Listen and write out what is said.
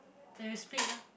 and you spilt ah